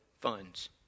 funds